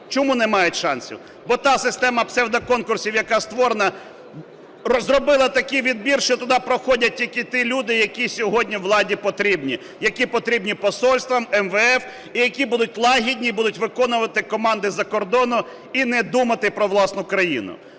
Чому не мають шансів? Бо та система псевдоконкурсів, яка створена, зробила такий відбір, що туди проходять тільки ті люди, які сьогодні владі потрібні, які потрібні посольствам, МВФ і які будуть лагідні і будуть виконувати команди з-за кордону, і не думати про власну країну.